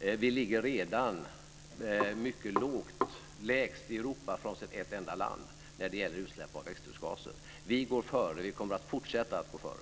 Vi ligger redan mycket lågt - lägst i Europa frånsett ett enda land - när det gäller utsläpp av växthusgaser. Vi går före, och vi kommer att fortsätta att gå före.